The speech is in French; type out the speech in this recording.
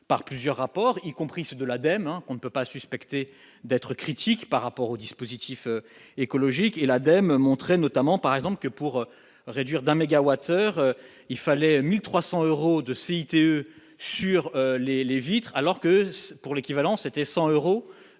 par plusieurs rapports, y compris ceux de l'ADEME, on ne peut pas suspecté d'être critique par rapport au dispositif écologique et l'ADEME montrait notamment par exemple que pour réduire d'un mégawatt, il fallait 1300 euros de cité sur les les vitres, alors que pour l'équivalent, c'était 100 euros